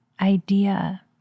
idea